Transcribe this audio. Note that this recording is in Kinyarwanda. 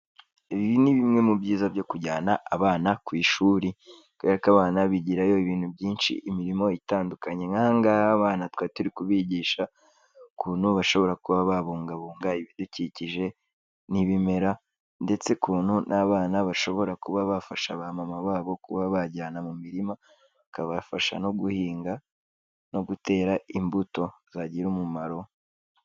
Ibi ni bimwe mu byiza byo kujyana abana ku ishuri, kuberako abana bigirayo ibintu byinshi, imirimo itandukanye nkahangaha abana twari turimo kubigisha ukuntu bashobora kuba babungabunga ibidukikije n'ibimera, ndetse ukuntu n'abana bashobora kuba bafasha bamama babo kuba bajyana mu mirima, bakabafasha no guhinga no gutera imbuto zagira umumaro.